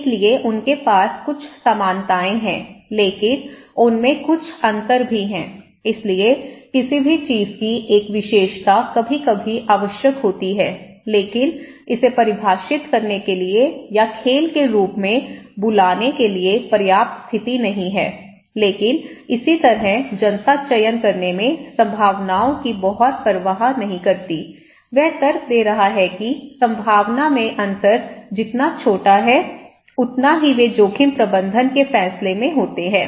इसलिए उनके पास कुछ समानताएँ हैं लेकिन उनमें कुछ अंतर भी हैं इसलिए किसी भी चीज़ की एक विशेषता कभी कभी आवश्यक होती है लेकिन इसे परिभाषित करने के लिए या खेल के रूप में बुलाने के लिए पर्याप्त स्थिति नहीं है लेकिन इसी तरह जनता चयन करने में संभावनाओं की बहुत परवाह नहीं करती वह तर्क दे रहा है कि संभावना में अंतर जितना छोटा है उतना ही वे जोखिम प्रबंधन के फैसले में होते हैं